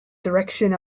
direction